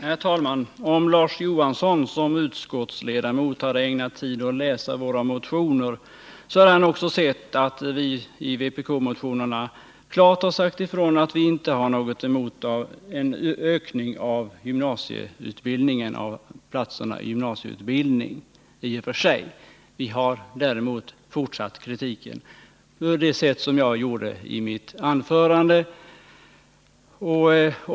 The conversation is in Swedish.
Herr talman! Om Larz Johansson som utskottsledamot hade ägnat sig åt att läsa våra motioner hade han också sett att vi i vpk-motionerna klart har sagt ifrån att vi i och för sig inte har något emot en utökning av platserna i gymnasieutbildning. Vi har däremot fortsatt att framföra kritik på det sätt som jag gjorde i mitt anförande.